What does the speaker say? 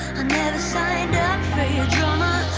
never signed up for your drama,